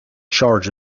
charge